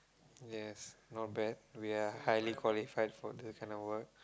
yes not bad we are highly qualified for this kind of work